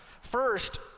First